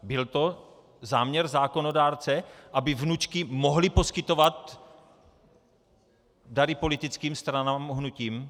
Byl to záměr zákonodárce, aby vnučky mohly poskytovat dary politickým stranám a hnutím?